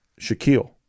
Shaquille